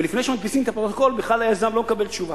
לפני שמדפיסים את הפרוטוקול היזם לא מקבל תשובה.